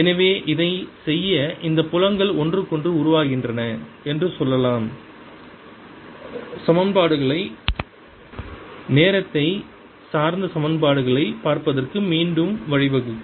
எனவே இதைச் செய்ய இந்த புலங்கள் ஒன்றுக்கொன்று உருவாகின்றன என்று சொல்லும் சமன்பாடுகளை நேரத்தை சார்ந்த சமன்பாடுகளைப் பார்ப்பதற்கு மீண்டும் வழிவகுக்கும்